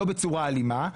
לא בצורה אלימה,